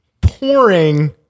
pouring